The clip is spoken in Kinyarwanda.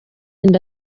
inda